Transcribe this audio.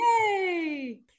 yay